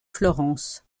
florence